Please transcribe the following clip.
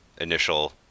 initial